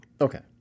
Okay